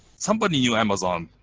somebody knew amazon,